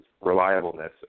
reliableness